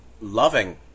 loving